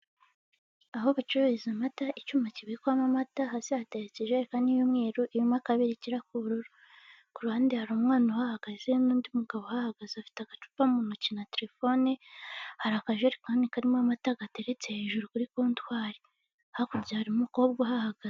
Aho bacururiza amata, icyuma kibikwamo amata hasi hateretse injerekani y'umweru irimo akabirikira k'ubururu ku ruhande hari umwana uhagaze n'undi mugabo uhagaze afite agacupa mu ntoki na terefone, akajerekani karimo amata gateretse hejuru kuri kontwari hakurya hari umukobwa uhahagaze.